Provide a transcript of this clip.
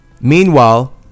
Meanwhile